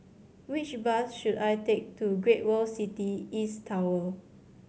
which bus should I take to Great World City East Tower